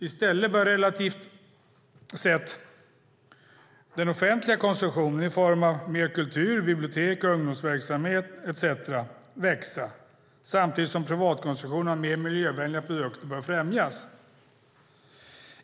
I stället bör relativt sett den offentliga konsumtionen i form av mer kultur, bibliotek, ungdomsverksamhet etcetera växa samtidigt som privatkonsumtion av mer miljövänliga produkter bör främjas.